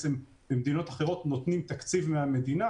במדינות אחרות נותנים לזה תקציב מהמדינה,